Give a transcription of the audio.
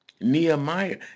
Nehemiah